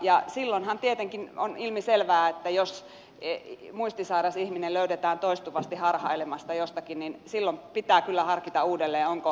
ja silloinhan tietenkin on ilmiselvää että jos muistisairas ihminen löydetään toistuvasti harhailemasta jostakin niin silloin pitää kyllä harkita uudelleen onko palvelutaso riittävä